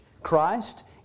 Christ